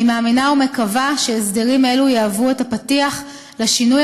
אני מאמינה ומקווה שהסדרים אלו יהיו הפתיח לשינוי